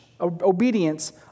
obedience